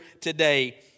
today